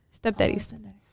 Stepdaddies